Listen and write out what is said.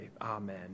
Amen